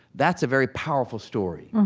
that's a very powerful story